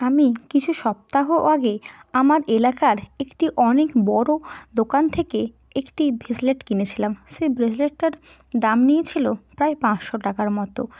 আমি কিছু সপ্তাহ আগে আমার এলাকার একটি অনেক বড়ো দোকান থেকে একটি ব্রেসলেট কিনেছিলাম সেই ব্রেসলেটটার দাম নিয়েছিলো প্রায় পাঁচশো টাকার মতো